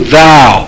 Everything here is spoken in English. thou